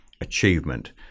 achievement